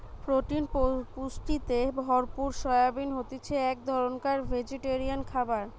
protein পুষ্টিতে ভরপুর soybean হতিছে এক ধরণকার ভেজিটেরিয়ান খাবার